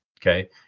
okay